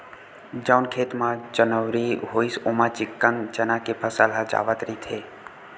जउन खेत म चनउरी होइस ओमा चिक्कन चना के फसल ह जावत रहिथे